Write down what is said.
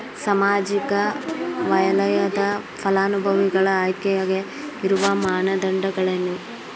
ಸಾಮಾಜಿಕ ವಲಯದ ಫಲಾನುಭವಿಗಳ ಆಯ್ಕೆಗೆ ಇರುವ ಮಾನದಂಡಗಳೇನು?